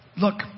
look